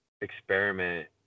experiment